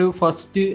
first